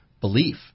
belief